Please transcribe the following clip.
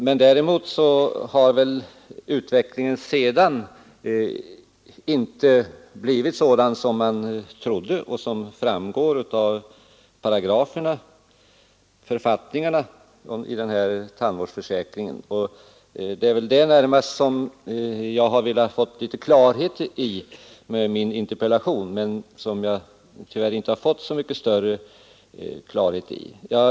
Men utvecklingen har inte blivit sådan som man från början trodde och som framgår av författningarna om tandvårdsförsäkringen. Det är närmast detta som jag med min interpellation velat ta upp, men jag har tyvärr inte fått så mycket större klarhet i dessa förhållanden.